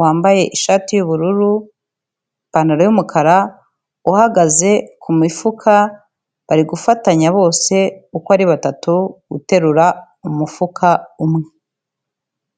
wambaye ishati y'ubururu, ipantaro y'umukara uhagaze ku mifuka bari gufatanya bose uko ari batatu baterura umufuka umwe.